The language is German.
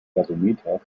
gasometer